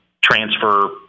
transfer